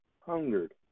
hungered